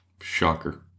Shocker